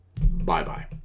Bye-bye